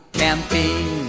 camping